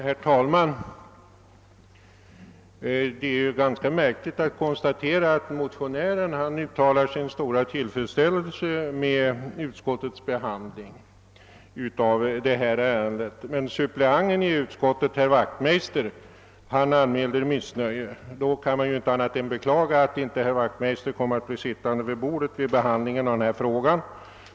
Herr talman! Det är ganska märkligt att konstatera, att motionärerna uttalar sin stora tillfredsställelse med utskottets behandling av detta ärende medan suppleanten i utskottet herr Wachtmeister anmäler missnöje. Man kan inte annat än beklaga att inte herr Wachtmeister blev sittande vid bordet i denna fråga.